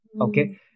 Okay